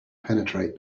penetrate